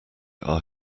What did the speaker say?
are